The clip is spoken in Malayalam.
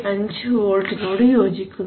125 വോൾട്ടിനോട് യോജിക്കുന്നു